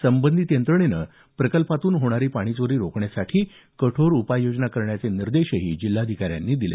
संबंधित यंत्रणेनं प्रकल्पातून होणारी पाणीचोरी रोखण्यासाठी कठोर उपाययोजना करण्याचे निर्देशही जिल्हाधिकाऱ्यांनी यावेळी दिले